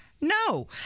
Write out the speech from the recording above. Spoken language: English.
no